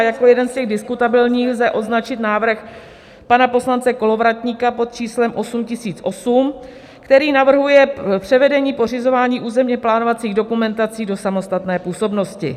Jako jeden z těch diskutabilních lze označit návrh pana poslance Kolovratníka pod číslem 8008, který navrhuje převedení pořizování územněplánovacích dokumentací do samostatné působnosti.